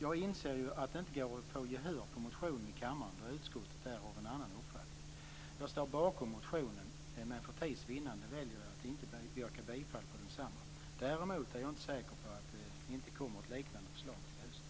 Jag inser att det inte går att få gehör för motionen i kammaren, då utskottet är av en annan uppfattning. Jag står bakom motionen, men för tids vinnande väljer jag att inte yrka bifall till densamma. Däremot är jag inte säker på att det inte kommer ett liknande förslag till hösten.